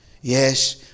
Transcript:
Yes